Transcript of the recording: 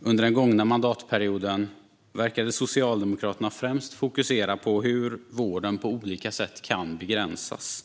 Under den gångna mandatperioden verkade Socialdemokraterna främst fokusera på hur vården på olika sätt kan begränsas.